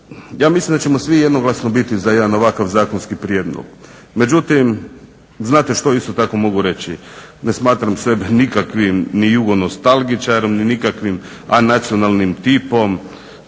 Ja mislim da ćemo svi jednoglasno biti za jedan ovakav zakonski prijedlog, međutim znate što isto tako mogu reći, ne smatram sebe nikakvim ni jugonostalgičarom ni nikakvim anacionalnim tipom,